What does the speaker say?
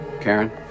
karen